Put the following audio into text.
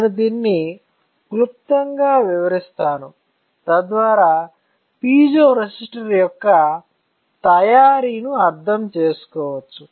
నేను దీనిని క్లుప్తంగా వివరిస్తాను తద్వారా పైజో రెసిస్టర్ యొక్క తయారీ ను అర్థం చేసుకోవచ్చు